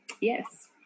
yes